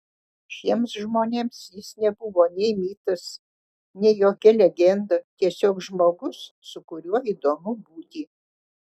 šiems žmonėms jis nebuvo nei mitas nei jokia legenda tiesiog žmogus su kuriuo įdomu būti